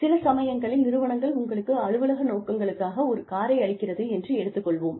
சில சமயங்களில் நிறுவனங்கள் உங்களுக்கு அலுவலக நோக்கங்களுக்காக ஒரு காரை அளிக்கிறது என்று எடுத்துக் கொள்வோம்